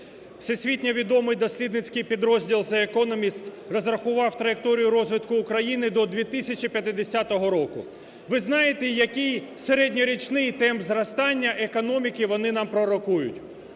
Всесвітньо відомий дослідницький підрозділ "The Еconomist" розрахував траєкторію розвитку України до 2050 року. Ви знаєте, який середньорічний темп зростання економіки вони нам пророкують?